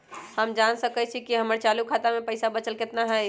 हम जान सकई छी कि हमर चालू खाता में पइसा बचल कितना हई